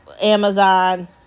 amazon